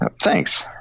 thanks